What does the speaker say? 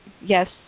yes